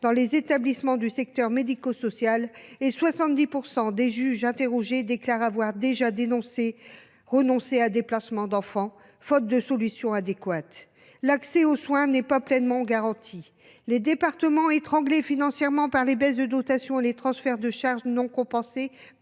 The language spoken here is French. dans les établissements du secteur médico social, et 70 % des juges interrogés déclarent avoir déjà renoncé à placer des enfants faute de solution adéquate. En outre, l’accès aux soins n’est pas pleinement garanti. Les départements, étranglés financièrement par les baisses de dotations et les transferts de charges non compensés,